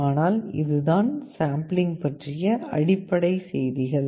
ஆனால் இதுதான் சாம்பிளிங் பற்றிய அடிப்படை செய்திகள்